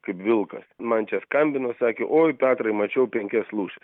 kaip vilkas man čia skambino sakė oi petrai mačiau penkias lūšis